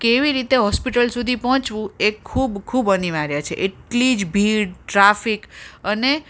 કેવી રીતે હોસ્પિટલ સુધી પહોંચવું એ ખૂબ ખૂબ અનિવાર્ય છે એટલી જ ભીડ ટ્રાફિક અને